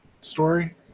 story